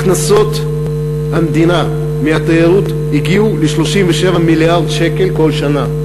הכנסות המדינה מהתיירות הגיעו ל-37 מיליארד שקלים כל שנה,